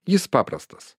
jis paprastas